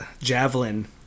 javelin